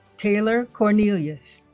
taylor cornelius